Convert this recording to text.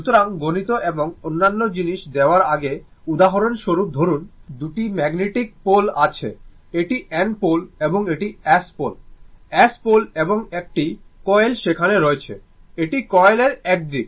সুতরাং গণিত এবং অন্যান্য জিনিস দেওয়ার আগে উদাহরণস্বরূপ ধরুন দুটি ম্যাগনেটিক পোল আছে এটি N পোল এবং এটি S পোল S পোল এবং একটি কয়েল সেখানে রয়েছে এটি কয়েল এর এক দিক